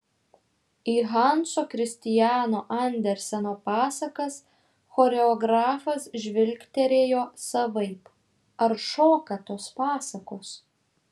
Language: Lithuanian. į hanso kristiano anderseno pasakas choreografas žvilgterėjo savaip ar šoka tos pasakos